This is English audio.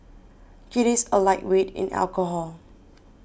he is a lightweight in alcohol